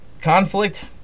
conflict